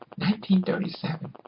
1937